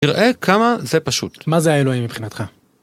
תראה כמה זה פשוט, מה זה האלוהים מבחינתך.